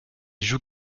joue